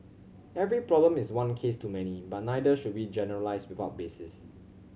every problem is one case too many but neither should we generalise without basis